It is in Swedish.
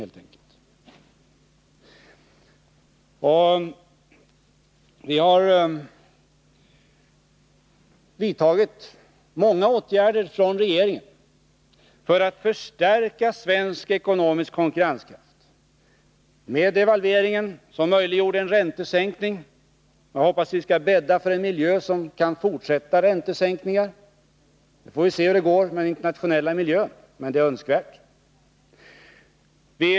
Regeringen har vidtagit många åtgärder för att förstärka svensk ekonomisk konkurrenskraft. Devalveringen möjliggjorde en räntesänkning, och jag hoppas att vi skall bädda för en miljö som kan ge fler räntesänkningar. Vi får se hur de internationella räntorna utvecklas framöver.